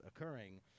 occurring